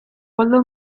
koldo